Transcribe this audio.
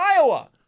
Iowa